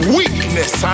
weakness